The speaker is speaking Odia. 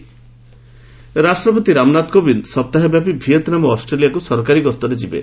ରାଷ୍ଟ୍ରପତି ରାଷ୍ଟ୍ରପତି ନାମନାଥ କୋବିନ୍ଦ ସପ୍ତାହ ବ୍ୟାପି ଭିଏତନାମ ଓ ଅଷ୍ଟ୍ରେଲିଆକୁ ସରକାରୀ ଗସ୍ତରେ ଯିବେ